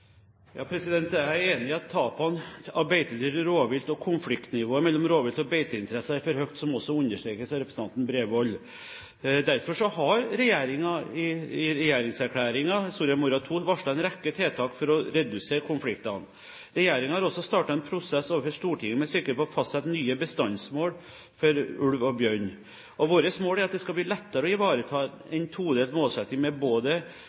Jeg er enig i at tapet av beitedyr til rovvilt og konfliktnivået mellom rovvilt og beiteinteresser er for høyt, noe som også understrekes av representanten Bredvold. Derfor har regjeringen i regjeringserklæringen, Soria Moria II, varslet en rekke tiltak for å redusere konfliktene. Regjeringen har også startet en prosess overfor Stortinget med sikte på å fastsette nye bestandsmål for ulv og bjørn, og vårt mål er at det skal bli lettere å ivareta en todelt målsetting, med både